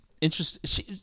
interesting